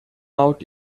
out